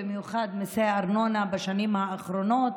במיוחד מיסי הארנונה בשנים האחרונות,